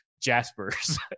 Jaspers